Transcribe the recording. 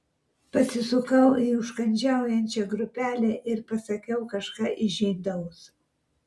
pasisukau į užkandžiaujančią grupelę ir pasakiau kažką įžeidaus